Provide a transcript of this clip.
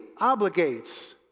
obligates